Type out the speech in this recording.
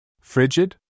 Frigid